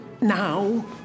Now